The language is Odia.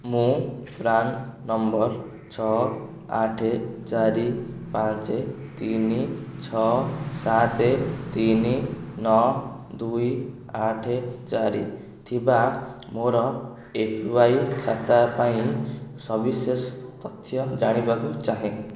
ମୁଁ ପ୍ରାନ୍ ନମ୍ବର ଛଅ ଆଠ ଚାରି ପାଞ୍ଚ ତିନି ଛଅ ସାତ ତିନି ନଅ ଦୁଇ ଆଠ ଚାରି ଥିବା ମୋର ଏ ପି ୱାଇ ଖାତା ପାଇଁ ସବିଶେଷ ତଥ୍ୟ ଜାଣିବାକୁ ଚାହେଁ